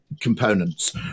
components